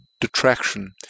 detraction